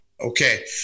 Okay